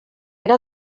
era